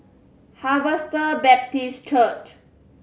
Harvester Baptist Church